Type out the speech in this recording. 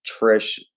Trish